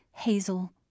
Hazel